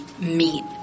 meet